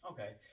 Okay